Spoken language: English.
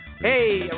Hey